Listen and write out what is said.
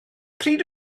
pryd